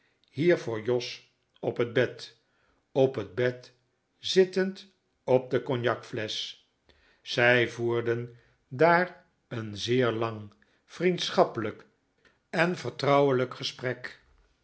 voor jos op het bed op het bed zittend op d e cognacflesch zij voerden daar een zeer lang vriendschappelijk en vertrouwelijk gesprek